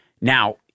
Now